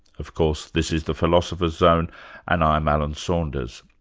of course this is the philosopher's zone and i'm alan saunders.